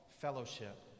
fellowship